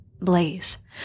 Blaze